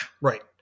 right